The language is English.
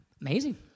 Amazing